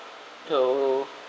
to